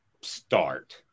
start